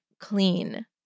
clean